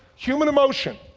human emotion,